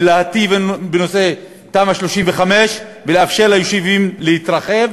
ולהטיב בנושא תמ"א 35 ולאפשר ליישובים להתרחב,